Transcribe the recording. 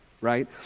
right